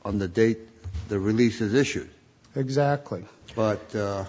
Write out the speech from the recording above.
on the date the releases issued exactly but